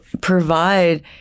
provide